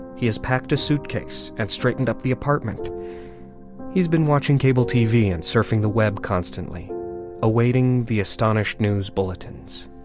he has packed a suitcase and straightened up the apartment he's been watching cable tv and surfing the web, constantly awaiting the astonished news bulletins